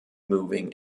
moving